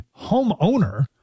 homeowner